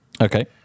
Okay